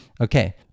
Okay